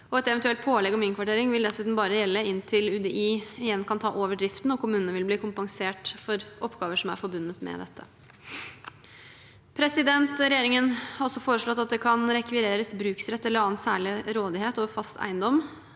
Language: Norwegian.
Et eventuelt pålegg om innkvartering vil dessuten bare gjelde inntil UDI igjen kan ta over driften, og kommunene vil bli kompensert for oppgaver som er forbundet med dette. Regjeringen har også foreslått at det kan rekvireres bruksrett eller annen særlig rådighet over fast eiendom.